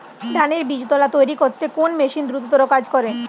ধানের বীজতলা তৈরি করতে কোন মেশিন দ্রুততর কাজ করে?